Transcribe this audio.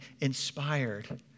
inspired